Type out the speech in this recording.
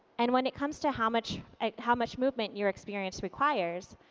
and when it comes to how much how much movement your experience requires,